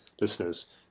listeners